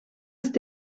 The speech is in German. ist